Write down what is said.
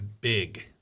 big